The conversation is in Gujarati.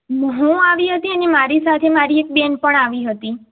હું આવી હતી અને મારી સાથે મારી એક બહેન પણ આવી હતી